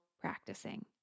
practicing